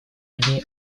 дни